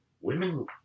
women